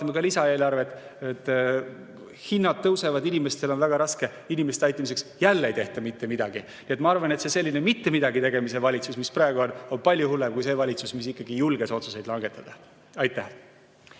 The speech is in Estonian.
me vaatame ka lisaeelarvet – hinnad tõusevad, inimestel on väga raske –, siis inimeste aitamiseks jälle ei tehta mitte midagi. Ma arvan, et see selline mitte-midagi-tegemise-valitsus, mis praegu on, on palju hullem kui see valitsus, mis julges otsuseid langetada. Aitäh!